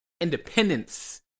independence